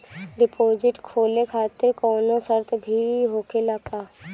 Deposit खोले खातिर कौनो शर्त भी होखेला का?